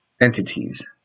entities